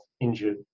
injured